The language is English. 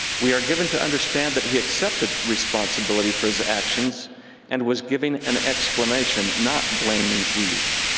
we are given to understand that he accepted responsibility for his actions and was giving an explanation, not blaming eve.